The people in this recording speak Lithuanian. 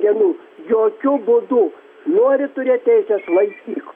dienų jokiu būdu nori turėt teises laikyk